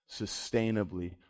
Sustainably